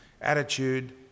attitude